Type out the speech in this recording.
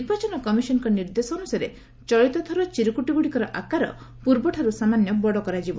ନିର୍ବାଚନ କମିଶନ୍ଙ୍କ ନିର୍ଦ୍ଦେଶ ଅନୁସାରେ ଚଳିତଥର ଚିରୁକ୍ଟିଗୁଡ଼ିକରେ ଆକାର ପୂର୍ବଠାରୁ ସାମାନ୍ୟ ବଡ଼ କରାଯିବ